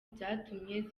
byatumye